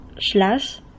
slash